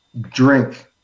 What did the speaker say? drink